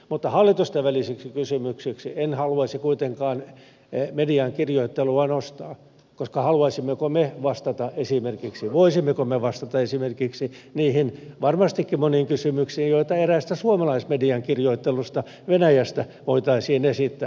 mutta hallitusten välisiksi kysymyksiksi en haluaisi kuitenkaan median kirjoittelua nostaa koska haluaisimmeko me vastata voisimmeko me vastata esimerkiksi niihin varmastikin moniin kysymyksiin joita eräästä suomalaismedian kirjoittelusta venäjästä voitaisiin esittää